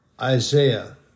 Isaiah